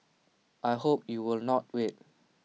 I hope you will not wait